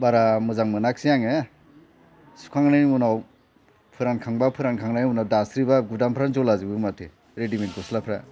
बारा मोजां मोनाखिसै आङो सुखांनायनि उनाव फोरानखांबा फोरान खांनायनि उनाव दास्रिबा बुटामफ्रानो जला जोबो माथो रेडिमेड गस्लाफोरा